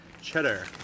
cheddar